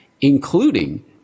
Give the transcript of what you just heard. including